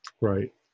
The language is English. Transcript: Right